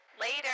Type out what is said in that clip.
Later